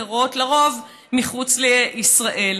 לרוב מחוץ לישראל.